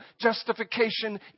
Justification